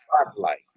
spotlight